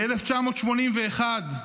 ב-1981,